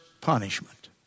punishment